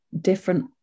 different